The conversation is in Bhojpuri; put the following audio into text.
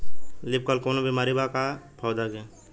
लीफ कल कौनो बीमारी बा का पौधा के?